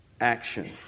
action